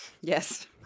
Yes